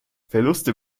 verluste